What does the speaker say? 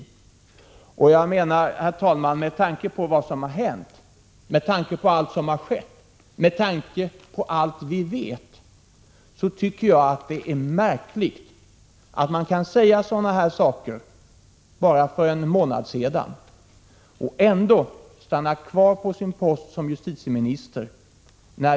Herr talman! Med tanke på vad som har hänt, med tanke på allt som har skett därefter och med tanke på allt vi vet, tycker jag att det är märkligt att han kunde säga sådana här saker för bara en månad sedan och ändå stanna kvar på sin post som justitieminister.